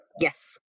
Yes